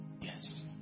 yes